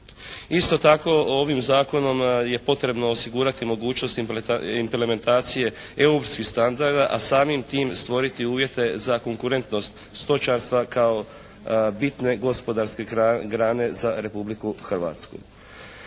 Isto tako ovim zakonom je potrebno osigurati mogućnost implementacije europskih standarda a samim tim stvoriti uvjete za konkurentnost stočarstva kao bitne gospodarske grane za Republiku Hrvatsku.